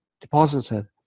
deposited